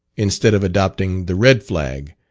instead of adopting the red flag,